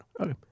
Okay